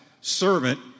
servant